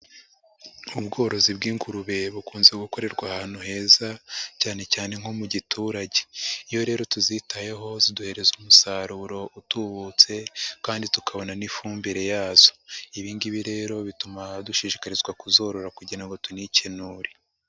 Ubworozi bw'ingurube bukunze gukorerwa ahantu heza cyane cyane nko mu giturage. Iyo rero tuzitayeho ziduhereza umusaruro utubutse kandi tukabona n'ifumbire yazo. Ibi ngibi rero bituma dushishikarizwa kuzorora kugira ngo tunikenure.